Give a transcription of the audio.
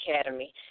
Academy